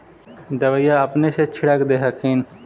दबइया अपने से छीरक दे हखिन?